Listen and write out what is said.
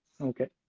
Okay